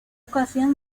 ocasión